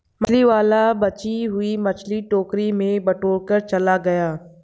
मछली वाला बची हुई मछलियां टोकरी में बटोरकर चला गया